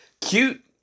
cute